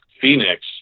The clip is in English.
Phoenix